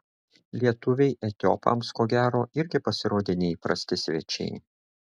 lietuviai etiopams ko gero irgi pasirodė neįprasti svečiai